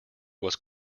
was